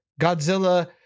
Godzilla